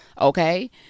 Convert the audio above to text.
okay